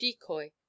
decoy